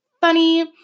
funny